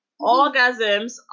orgasms